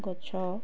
ଗଛ